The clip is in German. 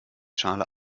schale